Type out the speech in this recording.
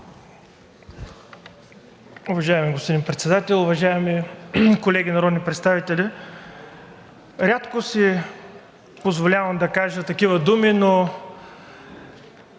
Уважаеми господин Председател, уважаеми колеги народни представители! Рядко си позволявам да кажа такива думи, но